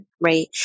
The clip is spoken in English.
right